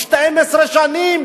12 שנים,